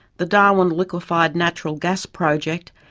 the darwin liquefied natural gas project,